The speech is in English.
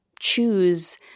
choose